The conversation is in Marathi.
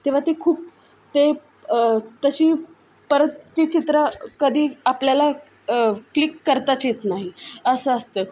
तेव्हा ते खूप ते तसे परत ती चित्र कधी आपल्याला क्लिक करताच येत नाही असं असतं